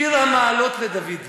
גם המחבלים מתוקים,